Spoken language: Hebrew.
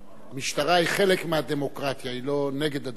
המשטרה היא חלק מהדמוקרטיה, היא לא נגד הדמוקרטיה.